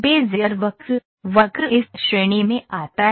Bezier वक्र वक्र इस श्रेणी में आता है